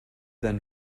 than